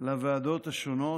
לוועדות השונות,